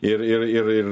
ir ir ir ir